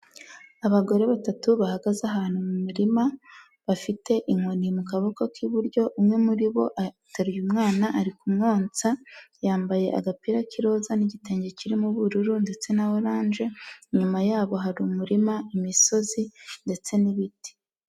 Abagore batatu bahagaze ahantu mu muririma, bafite inkoni mu kaboko k'iburyo umwe muri bo ataruye umwana ari kumwonsa, yambaye agapira k'iroza n'igitenge kirimo ubururu ndetse na oranje, inyuma yabo hari umurima, imisozi ndetse n'ibiti.